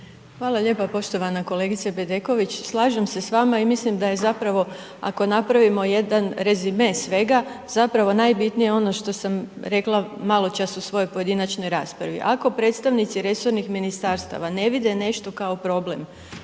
Hvala lijepa. Poštovana kolegice Bedeković, slažem se s vama i mislim da je zapravo ako napravimo jedan rezime svega zapravo najbitnije ono što sam rekla maločas u svojoj pojedinačnoj raspravi. Ako predstavnici resornih ministarstava ne vide nešto kao problem